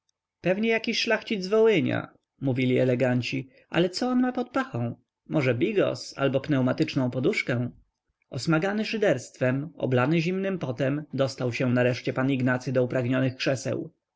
pewnie jakiś szlachcic z wołynia mówili eleganci ale co on ma pod pachą może bigos albo pneumatyczną poduszkę osmagany szyderstwem oblany zimnym potem dostał się nareszcie pan ignacy do upragnionych krzeseł